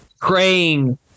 praying